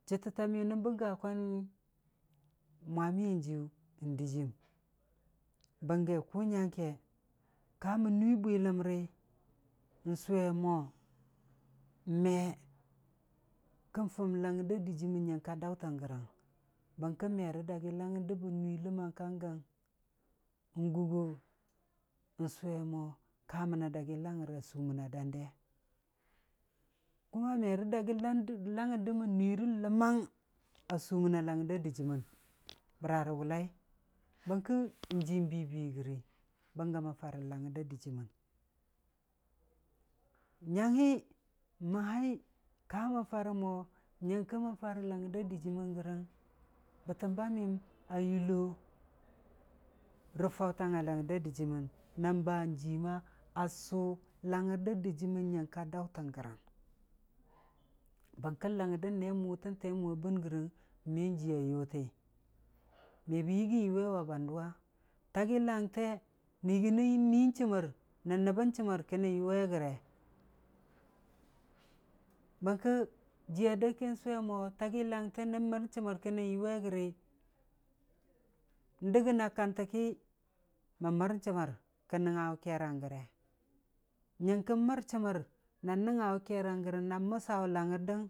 Chətətta miyʊ nən bəngga kwangngi mwamiyan jiiyu dɨjiimu bəngge kʊ nyangkʊ kamən nuii bwiləmri n'sʊwe mo me kən fʊm langngər da dɨjiimən nyəng ka daʊtən gərəng, bərkə me rə dagi langngər də bən nuii ləmmang ka gəng, n'guggo n'sʊwe mo ka mənə dagi langugər a suməna dande, kuma me rə dagi langngər də mən nuiirə ləmang a suməna langngər da dɨjiimən, bəra rə wʊllai, bəng kə n'jii bii bii gəri, bənggə mən farə langngər da dɨjiimən, nyanghi, məhai, kamən farə mo nyəngkə mən farə langngər da dɨjiimən gərəng, bətəm ba miyəm a yullo rə faʊtang a langngər da dɨjiimən, nan ba jiima a sʊ langngər da dɨjiimən nyəngka daʊtən gərəng, bəngko langngər dəu tee mʊ tən nee mʊ a bɨn gərən a yullo bən jiiya yʊti, me bən yɨgii yʊwe wa bandʊwa tagi langte nən yɨgii nən mii chəmmər, nən nəbbən chəmmər ki nən yʊwe gəre, bərkə jiiya dək kin sʊwe mo tagi langtə nən mər chəmmər ka nən yʊwe gəri, dəggəna kantə ki, mən mər chəmmər, kən nəngnga wʊ kerrang gəre, nyəngkən mər chəmmər na nəngnga wʊ keerang gərə na məssa langandan.